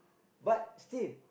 but still